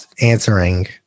answering